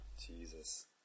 Jesus